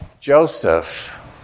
Joseph